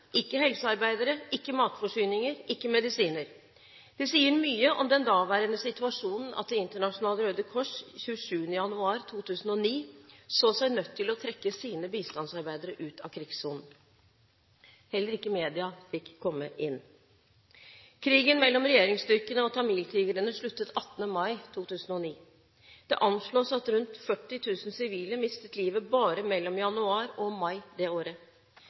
ikke helsearbeidere, ikke matforsyninger, ikke medisiner. Det sier mye om den daværende situasjonen at Det internasjonale Røde Kors 27. januar 2009 så seg nødt til å trekke sine bistandsarbeidere ut av krigssonen. Heller ikke media fikk komme inn. Krigen mellom regjeringsstyrkene og tamiltigrene sluttet 18. mai 2009. Det anslås at rundt 40 000 sivile mistet livet bare mellom januar og mai det året.